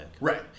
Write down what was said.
Right